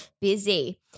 Busy